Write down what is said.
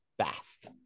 Fast